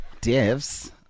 Devs